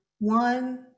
One